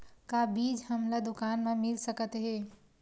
का बीज हमला दुकान म मिल सकत हे?